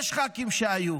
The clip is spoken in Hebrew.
יש ח"כים שהיו,